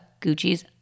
Gucci's